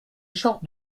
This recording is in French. genre